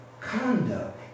conduct